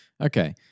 Okay